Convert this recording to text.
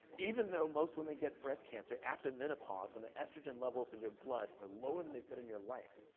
even though most women get breast cancer after menopause when the estrogen levels in your blood are lower than they've been in your life,